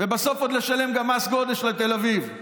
ובסוף עוד לשלם גם מס גודש לתל אביב.